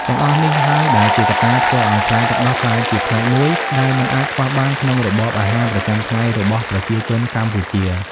ទាំងអស់នេះហើយដែលជាកត្តាធ្វើឲ្យផ្លែទឹកដោះក្លាយជាផ្នែកមួយដែលមិនអាចខ្វះបានក្នុងរបបអាហារប្រចាំថ្ងៃរបស់ប្រជាជនកម្ពុជា។